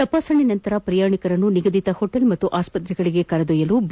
ತಪಾಸಣೆ ಬಳಿಕ ಪ್ರಯಾಣಿಕರನ್ನು ನಿಗದಿತ ಹೋಟೆಲ್ ಮತ್ತು ಆಸ್ವತ್ರೆಗಳಿಗೆ ಕರೆದೊಯ್ಯಲು ಬಿ